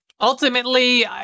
Ultimately